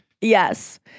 Yes